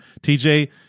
TJ